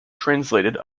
translated